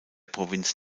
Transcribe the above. provinz